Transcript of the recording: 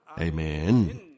Amen